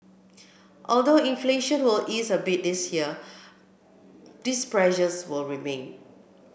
although inflation will ease a bit this year these pressures will remain